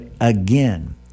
again